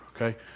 Okay